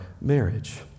marriage